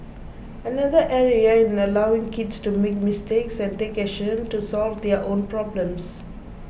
another area is in allowing kids to make mistakes and take action to solve their own problems